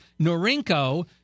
Norinco